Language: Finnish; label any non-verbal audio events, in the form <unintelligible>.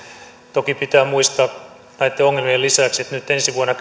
toki pitää muistaa näitten ongelmien lisäksi että ensi vuonna <unintelligible>